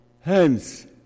Hence